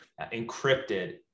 encrypted